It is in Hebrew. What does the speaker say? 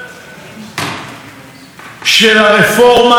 בדקתי את הדוחות הכספיים של בזק,